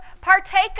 Partake